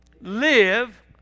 live